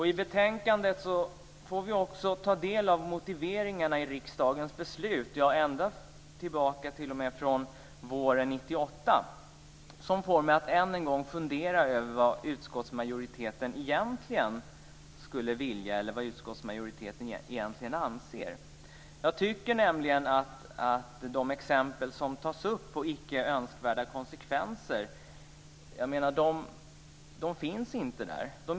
I betänkandet får vi ta del av motiveringarna till riksdagens beslut ända tillbaka till våren 1998. Det får mig att än en gång fundera över vad utskottsmajoriteten egentligen skulle vilja eller anser. Man tar upp exempel på icke önskvärda konsekvenser, men de finns inte.